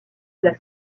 cela